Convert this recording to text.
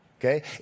Okay